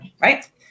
Right